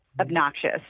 obnoxious